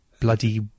bloody